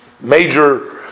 major